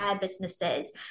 businesses